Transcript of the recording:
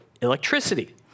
electricity